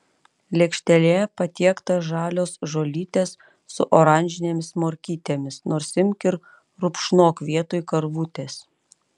lėkštėje patiekta žalios žolytės su oranžinėmis morkytėmis nors imk ir rupšnok vietoj karvutės